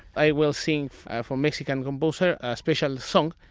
i will sing from mexican composer a special song,